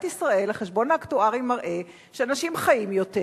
ישראל החשבון האקטוארי מראה שאנשים חיים יותר,